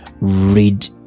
read